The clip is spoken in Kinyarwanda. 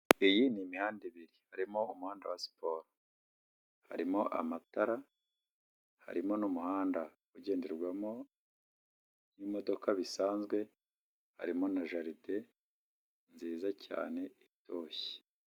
Iyi ni imihanda ibiri harimo umuhanda wa siporo, harimo amatara, harimo n'umuhanda ugenderwamo n'imodoka bisanzwe, harimo na jaride nziza cyane itoshye.